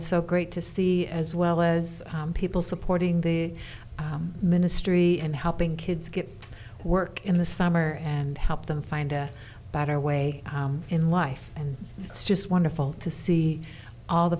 is so great to see as well as people supporting the ministry and helping kids get work in the summer and help them find a better way in life and it's just wonderful to see all the